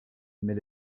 mais